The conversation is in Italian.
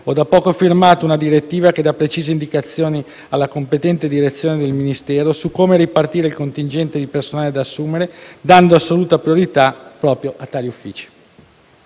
ho, da poco, firmato una direttiva che dà precise indicazioni alla competente direzione del Ministero su come ripartire il contingente di personale da assumere, dando assoluta priorità proprio a tali uffici.